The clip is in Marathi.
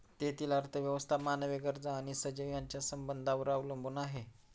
तेथील अर्थव्यवस्था मानवी गरजा आणि सजीव यांच्या संबंधांवर अवलंबून आहे